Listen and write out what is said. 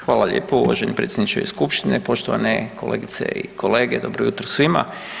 Hvala lijepo uvaženi predsjedniče skupštine, poštovane kolegice i kolege, dobro jutro svima.